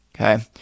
okay